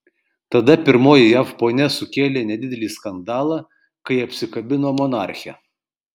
tada pirmoji jav ponia sukėlė nedidelį skandalą kai apsikabino monarchę